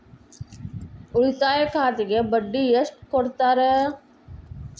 ಉಳಿತಾಯ ಖಾತೆಗೆ ಬಡ್ಡಿ ಎಷ್ಟು ಕೊಡ್ತಾರ?